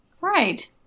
Right